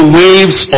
waves